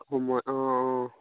সময় অঁ অঁ